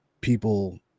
People